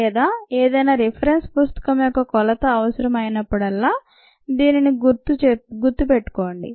లేదా ఏదైనా రిఫరెన్స్ పుస్తకం యొక్క కొలత అవసరం అయినప్పుడల్లా దీనిని గుర్తు పెట్టుకోండి